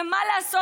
שמה לעשות,